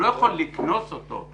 הוא לא יכול לקנוס אותו,